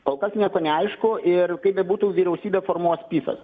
kol kas nieko neaišku ir kaip bebūtų vyriausybę formuos pifas